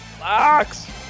locks